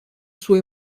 sua